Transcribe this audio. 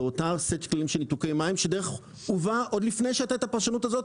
אותו סט כללים של ניתוקי מים שהובא עוד לפני שהייתה הפרשנות הזאת,